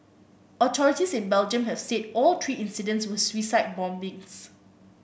authorities in Belgium have said all three incidents were suicide bombings